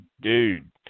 dude